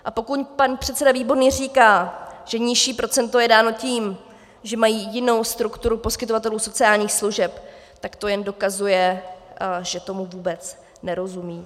A pokud pan předseda Výborný říká, že nižší procento je dáno tím, že mají jinou strukturu poskytovatelů sociálních služeb, tak to jen dokazuje, že tomu vůbec nerozumí.